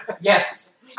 Yes